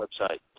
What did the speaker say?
website